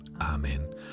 Amen